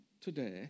today